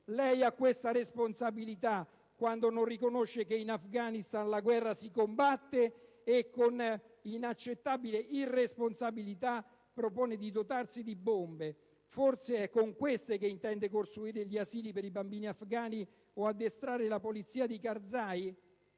Lei ha questa responsabilità quando non riconosce che in Afghanistan la guerra si combatte e con inaccettabile irresponsabilità propone di dotarsi di bombe. Forse è con queste che intende costruire gli asili per i bambini afgani o addestrare la polizia di Karzai?